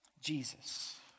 Jesus